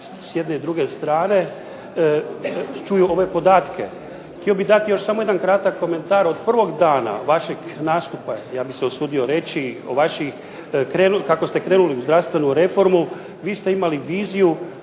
s jedne i druge strane čuju ove podatke. Htio bih dati još samo jedan kratak komentar, od prvog dana vašeg nastupa, ja bih se usudio reći i vaših kako ste krenuli u zdravstvenu reformu vi ste imali viziju